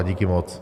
Díky moc.